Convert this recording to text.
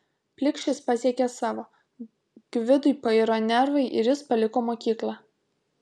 plikšis pasiekė savo gvidui pairo nervai ir jis paliko mokyklą